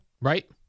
right